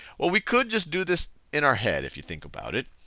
well we could just do this in our head if you think about it.